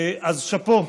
אז שאפו,